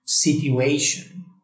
Situation